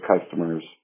customers